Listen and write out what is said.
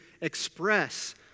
express